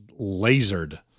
lasered